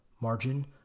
margin